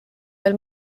veel